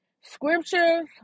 Scriptures